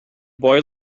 boy